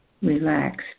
relaxed